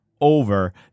over